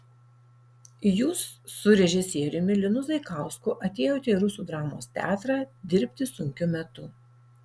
jūs su režisieriumi linu zaikausku atėjote į rusų dramos teatrą dirbti sunkiu metu